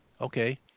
Okay